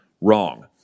wrong